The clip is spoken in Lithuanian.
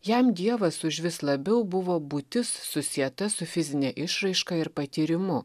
jam dievas užvis labiau buvo būtis susieta su fizine išraiška ir patyrimu